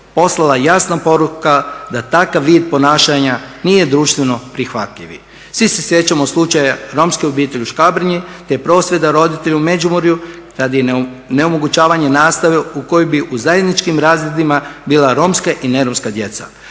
poslala jasna poruka da takav vid ponašanja nije društveno prihvatljiv. Svi se sjećamo slučaja romske obitelji u Škabrnji, te prosvjeda roditelja u Međimurju radi onemogućavanja nastave u kojoj bi u zajedničkim razredima bila romska i neromska djeca.